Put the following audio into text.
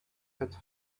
had